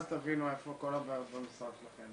אז תבינו איפה כל הבעיות במשרד שלכם.